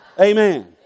Amen